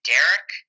Derek